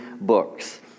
books